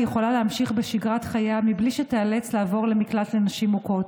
היא יכולה להמשיך בשגרת חייה בלי שתיאלץ לעבור למקלט לנשים מוכות,